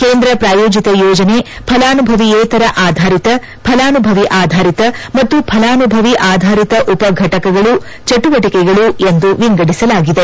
ಕೇಂದ್ರ ಪ್ರಾಯೋಜಿತೆ ಯೋಜನೆ ಫಲಾನುಭವಿಯೇತರ ಆಧಾರಿತ ಫಲಾನುಭವಿ ಆಧಾರಿತ ಮತ್ತು ಫಲಾನುಭವಿ ಆಧಾರಿತ ಉಪ ಘಟಕಗಳು ಚಟುವಟಿಕೆಗಳು ಎಂದು ವಿಂಗಡಿಸಲಾಗಿದೆ